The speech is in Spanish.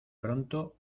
pronto